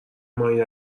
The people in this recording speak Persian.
ماهی